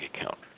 account